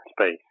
space